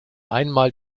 einmal